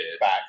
back